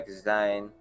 design